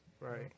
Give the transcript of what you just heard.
Right